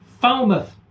Falmouth